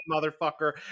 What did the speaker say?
motherfucker